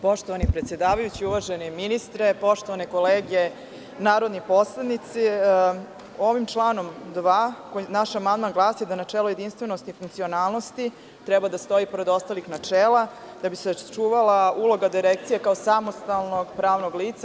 Poštovani predsedavajući, uvaženi ministre, poštovane kolege narodni poslanici, ovim članom 2, naš amandman glasi da načelo jedinstvenosti i funkcionalnosti treba da stoji pored ostalih načela kako bi se sačuvala uloga Direkcije kao samostalnog pravnog lica.